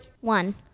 One